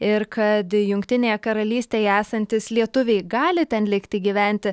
ir kad jungtinėje karalystėje esantys lietuviai gali ten likti gyventi